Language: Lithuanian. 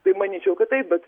tai manyčiau kad taip bet